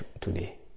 today